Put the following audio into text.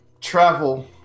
travel